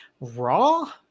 raw